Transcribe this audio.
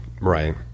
Right